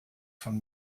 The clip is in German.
von